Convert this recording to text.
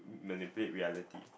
manipulate reality